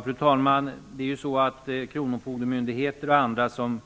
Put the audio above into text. Fru talman! Kronofogdemyndigheter och andra som